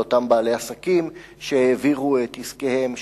לאותם בעלי עסקים שהעבירו את עסקיהם,